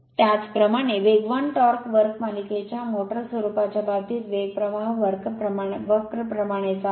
त्याचप्रमाणे वेगवान टॉर्क वक्र मालिकेच्या मोटर स्वरूपाच्या बाबतीत वेग प्रवाह वक्र प्रमाणेच आहे